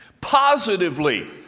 Positively